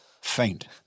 faint